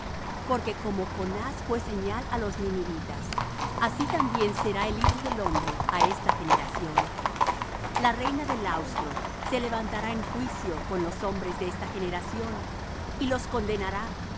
porque como jonás fué señal á los ninivitas así también será el hijo del hombre á esta generación la reina del austro se levantará en juicio con los hombres de esta generación y los condenará